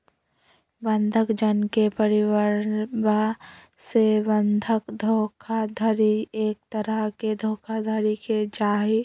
बंधक जन के परिवरवा से बंधक धोखाधडी एक तरह के धोखाधडी के जाहई